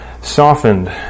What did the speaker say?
softened